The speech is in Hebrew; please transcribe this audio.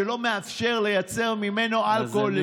שלא מאפשר לייצר ממנו אלכוהול לשתייה.